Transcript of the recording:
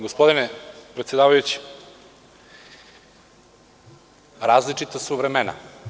Gospodine predsedavajući, različita su vremena.